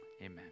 amen